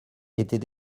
était